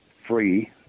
free